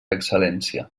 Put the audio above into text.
excel·lència